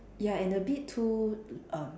ya and a bit too err